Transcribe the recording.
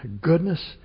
Goodness